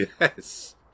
Yes